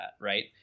right